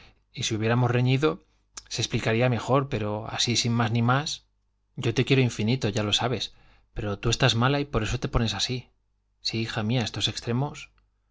y si hubiéramos reñido se explicaría mejor pero así sin más ni más yo te quiero infinito ya lo sabes pero tú estás mala y por eso te pones así sí hija mía estos extremos